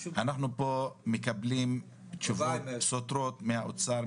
אנחנו פה מקבלים תשובות סותרות מהאוצר,